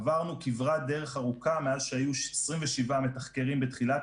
עברנו כברת דרך ארוכה מאז שהיו 27 מתחקרים בתחילת